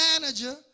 manager